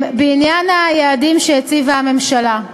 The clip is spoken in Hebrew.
בעניין היעדים שהציבה הממשלה.